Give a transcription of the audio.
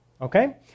okay